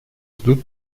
ждут